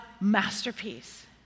masterpiece